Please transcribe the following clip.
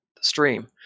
stream